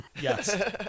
Yes